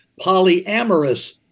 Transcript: polyamorous